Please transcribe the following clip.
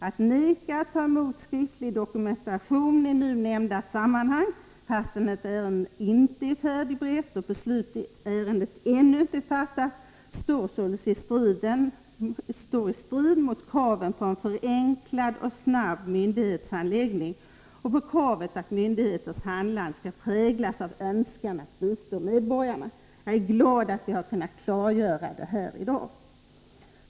Att vägra att ta emot skriftlig dokumentation i nu nämnda sammanhang fastän ett ärende inte är färdigberett och beslut i ärendet ännu inte fattats står i strid mot kraven på en förenklad och snabb myndighetshandläggning och kravet att myndigheters handlande skall präglas av önskan att bistå medborgarna. Jag är glad att vi har kunnat klargöra detta i dag.